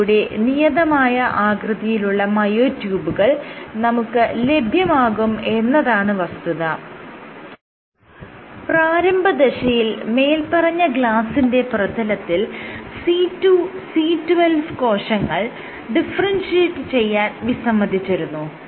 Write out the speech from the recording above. ഇതിലൂടെ നിയതമായ ആകൃതിയിലുള്ള മയോട്യൂബുകൾ നമുക്ക് ലഭ്യമാകും എന്നതാണ് വസ്തുത പ്രാരംഭദശയിൽ മേല്പറഞ്ഞ ഗ്ലാസ്സിന്റെ പ്രതലത്തിൽ C2C12 കോശങ്ങൾ ഡിഫറെൻഷിയേറ്റ് ചെയ്യാൻ വിസ്സമ്മതിച്ചിരിന്നു